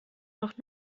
noch